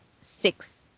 six